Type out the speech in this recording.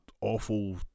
awful